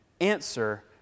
answer